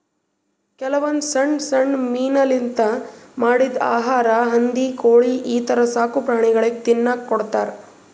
ಕೆಲವೊಂದ್ ಸಣ್ಣ್ ಸಣ್ಣ್ ಮೀನಾಲಿಂತ್ ಮಾಡಿದ್ದ್ ಆಹಾರಾ ಹಂದಿ ಕೋಳಿ ಈಥರ ಸಾಕುಪ್ರಾಣಿಗಳಿಗ್ ತಿನ್ನಕ್ಕ್ ಕೊಡ್ತಾರಾ